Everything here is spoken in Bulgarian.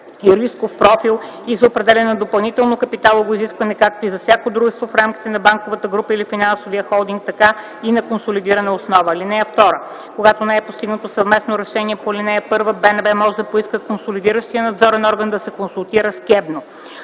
и за определяне на допълнително капиталово изискване както за всяко дружество в рамките на банковата група или финансовия холдинг, така и на консолидирана основа. (2) Когато не е постигнато съвместно решение по ал. 1, БНБ може да поиска консолидиращият надзорен орган да се консултира с